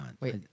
Wait